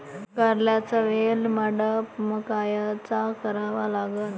कारल्याचा वेल मंडप कायचा करावा लागन?